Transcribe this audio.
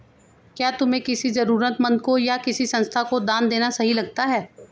क्या तुम्हें किसी जरूरतमंद को या किसी संस्था को दान देना सही लगता है?